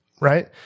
right